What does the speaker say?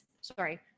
sorry